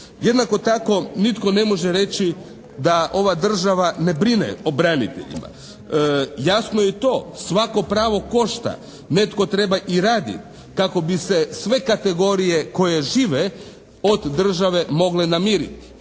Jednako tako nitko ne može reći da ova država ne brine o braniteljima. Jasno je i to. Svako pravo košta. Netko treba i raditi kako bi se sve kategorije koje žive od države mogle namiriti.